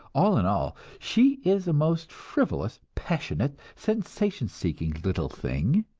all in all, she is a most frivolous, passionate, sensation-seeking little thing.